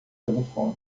telefone